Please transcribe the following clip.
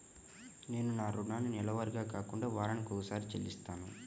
నేను నా రుణాన్ని నెలవారీగా కాకుండా వారానికోసారి చెల్లిస్తున్నాను